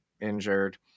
injured